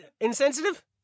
insensitive